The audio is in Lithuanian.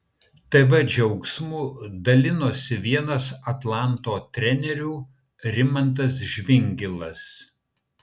tv džiaugsmu dalijosi vienas atlanto trenerių rimantas žvingilas